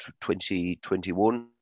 2021